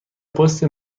پست